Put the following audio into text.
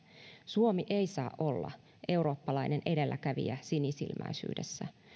suomi ei saa olla eurooppalainen edelläkävijä sinisilmäisyydessä